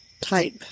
type